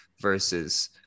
versus